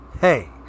hey